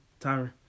Tyron